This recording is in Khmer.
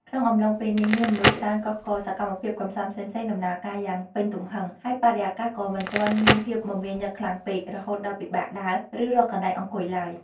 ក្នុងអំឡុងពេលនេះ មានមនុស្សច្រើនកុះករ សកម្មភាពកម្សាន្តផ្សេងៗដំណើរការយ៉ាងពេញទំហឹង ហើយបរិយាកាសក៏មិនទាន់មានភាពមមាញឹកខ្លាំងពេក រហូតដល់ពិបាកដើរ ឬរកកន្លែងអង្គុយឡើយ។